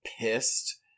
pissed